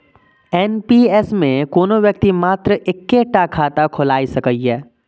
NPS मे कोनो व्यक्ति मात्र एक्के टा खाता खोलाए सकैए